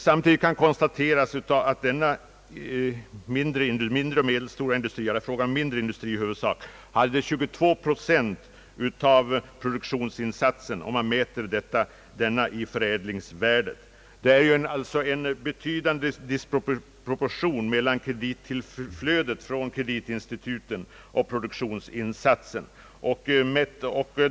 Samtidigt kan konstateras att den mindre industrien svarade för 22 procent av industriens totala produktionsinsats, uttryckt i förädlingsvärde. Det är alltså en betydande disproportion mellan kredittillflödet från kreditinstituten och produktionsinsatsen.